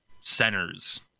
centers